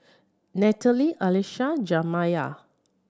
Natalie Alycia Jamiya